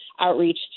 outreach